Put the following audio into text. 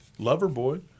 Loverboy